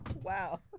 Wow